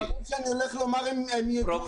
הדברים שאני הולך לומר הם ידועים